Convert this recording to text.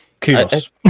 kudos